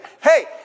Hey